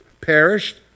perished